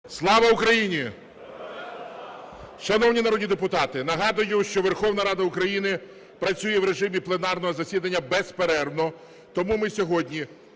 Слава Україні! Шановні народні депутати, нагадую, що Верховна Рада України працює в режимі пленарного засідання безперервно. Тому ми сьогодні